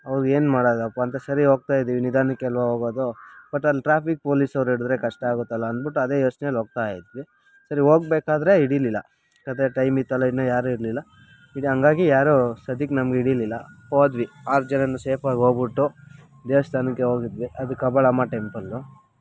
ಆವಾಗ ಏನು ಮಾಡೋದಪ್ಪ ಅಂತ ಸರಿ ಹೋಗ್ತಾಯಿದ್ದೀವಿ ನಿಧಾನಕ್ಕೆ ಅಲ್ವಾ ಹೋಗೋದು ಬಟ್ ಅಲ್ಲಿ ಟ್ರಾಫಿಕ್ ಪೊಲೀಸ್ ಅವ್ರು ಹಿಡಿದ್ರೆ ಕಷ್ಟ ಆಗುತ್ತೆ ಅಲಾ ಅಂದ್ಬಿಟ್ಟು ಅದೇ ಯೋಚನೆಯಲ್ಲಿ ಹೋಗ್ತಾಯಿದ್ವಿ ಸರಿ ಹೋಗಬೇಕಾದ್ರೆ ಹಿಡೀಲಿಲ್ಲ ಅದೇ ಟೈಮ್ ಇತ್ತಲ್ಲ ಇನ್ನು ಯಾರೂ ಇರಲಿಲ್ಲ ಇದು ಹಾಗಾಗಿ ಯಾರು ಸದ್ಯಕ್ಕೆ ನಮ್ಮ ಹಿಡೀಲಿಲ್ಲ ಹೋದ್ವಿ ಆರು ಜನಾನು ಸೇಫಾಗಿ ಹೋಗಿಬಿಟ್ಟು ದೇವಸ್ಥಾನಕ್ಕೆ ಹೋಗಿದ್ವಿ ಅದು ಕಬ್ಬಾಳಮ್ಮ ಟೆಂಪಲ್ಲು